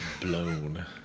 blown